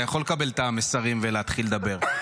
אתה יכול לקבל את המסרים ולהתחיל לדבר.